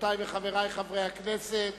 חברותי וחברי חברי הכנסת,